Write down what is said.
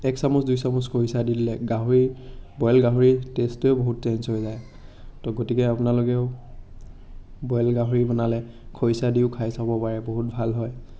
এক চামুচ দুই চামুচ খৰিচা দি দিলে গাহৰি বইল গাহৰি টেষ্টটোৱে বহুত চেঞ্জ হৈ যায় ত' গতিকে আপোনালোকেও বইল গাহৰি বনালে খৰিচা দিও খাই চাব পাৰে বহুত ভাল হয়